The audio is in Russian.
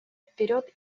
вперед